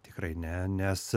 tikrai ne nes